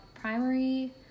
primary